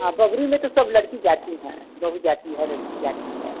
हाँ बबरी में तो सब लड़की जाती हैं बहू जाती हैं लड़की जाती हैं